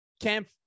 camp